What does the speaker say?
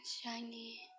shiny